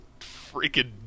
freaking